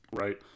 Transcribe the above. right